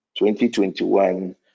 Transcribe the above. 2021